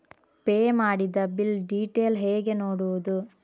Pay ಮಾಡಿದ bill detail ಹೇಗೆ ನೋಡುವುದು?